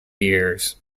years